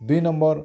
ଦୁଇ ନମ୍ବର